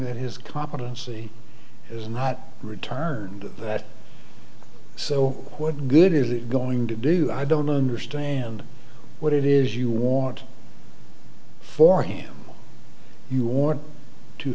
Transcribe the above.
that his competency is not returned so what good is it going to do i don't understand what it is you want for him you want to